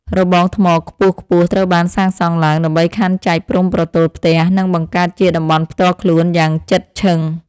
របងថ្មខ្ពស់ៗត្រូវបានសាងសង់ឡើងដើម្បីខណ្ឌចែកព្រំប្រទល់ផ្ទះ និងបង្កើតជាតំបន់ផ្ទាល់ខ្លួនយ៉ាងជិតឈឹង។